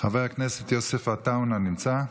חבר הכנסת יוסף עטאונה, נמצא?